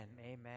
amen